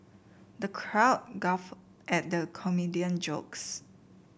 the crowd guffawed at the comedian jokes